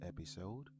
episode